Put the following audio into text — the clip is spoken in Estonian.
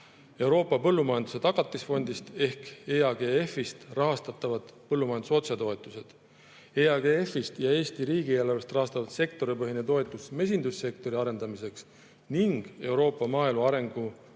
Euroopa Põllumajanduse Tagatisfondist ehk EAGF‑ist rahastatavad põllumajanduse otsetoetused, EAGF-ist ja Eesti riigieelarvest rahastatav sektoripõhine toetus mesindussektori arendamiseks ning Euroopa Maaelu Arengu